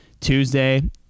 Tuesday